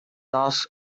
ask